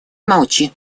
молчи